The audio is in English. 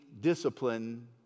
discipline